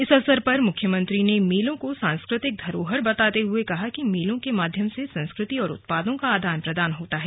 इस अवसर पर मुख्यमंत्री ने मेलों को सांस्कृतिक धरोहर बताते हुए कहा कि मेलों के माध्यम से संस्कृति और उत्पादों का आदान प्रदान होता है